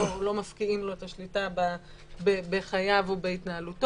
לא מפקיעים לו את השליטה בחייו או בהתנהלותו,